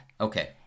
Okay